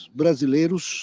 brasileiros